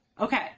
okay